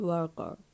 Worker